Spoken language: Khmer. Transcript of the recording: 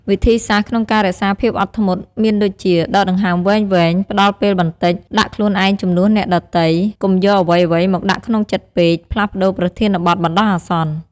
វិធីសាស្រ្តក្នុងការរក្សាភាពអត់ធ្មត់ មានដូចជា ដកដង្ហើមវែងៗ ផ្តល់ពេលបន្តិច ដាក់ខ្លួនឯងជំនួសអ្នកដទៃ កុំយកអ្វីៗមកដាក់ក្នុងចិត្តពេក ផ្លាស់ប្តូរប្រធានបទបណ្តោះអាសន្ន ។